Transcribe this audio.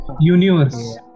universe